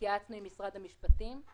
התייעצנו עם משרד המשפטים,